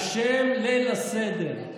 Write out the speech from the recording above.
על שם ליל הסדר,